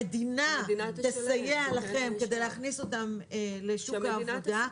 המדינה תסייע לכם כדי להכניס אותם לשוק העבודה.